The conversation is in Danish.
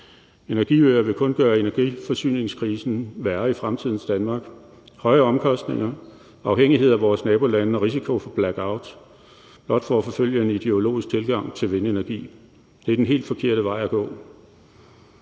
Energiøer vil kun gøre energiforsyningskrisen værre i fremtidens Danmark med høje omkostninger, afhængighed af vores nabolande og risiko for blackout, blot for at forfølge en ideologisk tilgang til vindenergi. Det er den helt forkerte vej at gå.